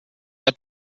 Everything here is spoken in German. der